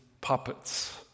puppets